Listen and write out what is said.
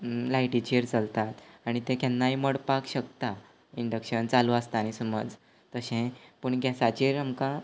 लायटीचेर चलता आनी तें केन्नाय मोडपाक शकता इंडक्शन चालू आसता न्ही समज तशें पूण गॅसाचेर आमकां